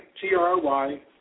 T-R-Y